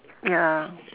ya